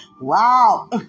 Wow